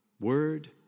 Word